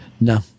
No